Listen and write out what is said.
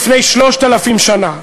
לפני 3,000 שנה.